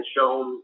shown